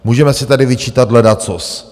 Můžeme si tady vyčítat ledacos.